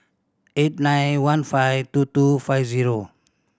eight nine one five two two five zero